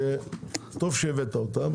שטוב שהבאת אותם,